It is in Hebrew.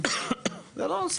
אבל זה לא,